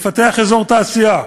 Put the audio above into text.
אזור תעשייה,